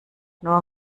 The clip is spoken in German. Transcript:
nur